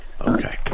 Okay